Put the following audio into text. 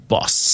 Boss